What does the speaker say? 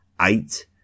eight